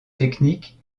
technique